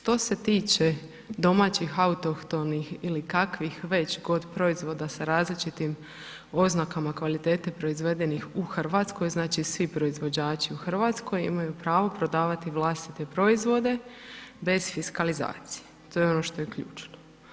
Što se tiče domaćih autohtonih ili kakvih već, kod proizvoda sa različitim oznakama kvalitete proizvedenih u RH, znači, svi proizvođači u RH imaju pravo prodavati vlastite proizvode bez fiskalizacije, to je ono što je ključno.